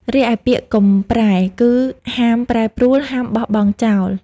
រីឯពាក្យ "កុំប្រែ" គឺហាមប្រែប្រួល ហាមបោះបង់ចោល។